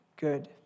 good